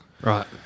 Right